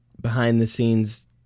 behind-the-scenes